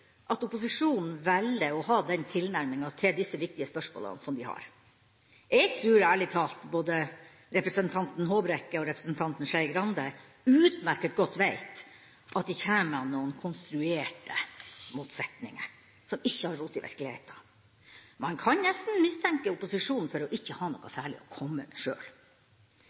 at opposisjonen velger å ha den tilnærminga til disse viktige spørsmålene som de har. Jeg tror ærlig talt at både representanten Håbrekke og representanten Skei Grande utmerket godt veit at de kommer med noen konstruerte motsetninger som ikke har rot i virkeligheten. Man kan nesten mistenke opposisjonen for ikke å ha noe særlig å komme med sjøl.